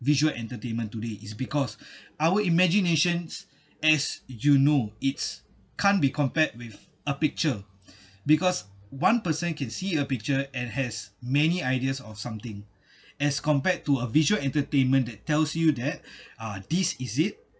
visual entertainment today is because our imaginations as you know it's can't be compared with a picture because one person can see a picture and has many ideas of something as compared to a visual entertainment that tells you that ah this is it